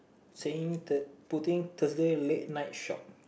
saying that putting Thursday late night shop